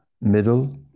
middle